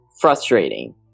Frustrating